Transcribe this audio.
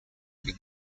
been